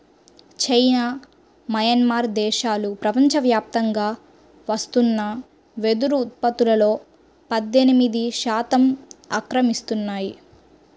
China, Myanmar దేశాలు ప్రపంచవ్యాప్తంగా వస్తున్న వెదురు ఉత్పత్తులో పద్దెనిమిది శాతం ఆక్రమిస్తున్నాయి